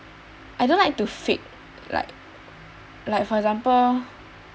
I don't like to fake like like for example